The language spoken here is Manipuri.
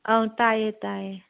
ꯑꯧ ꯇꯥꯏꯌꯦ ꯇꯥꯏꯌꯦ